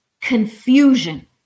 confusion